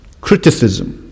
criticism